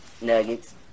Nuggets